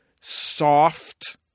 soft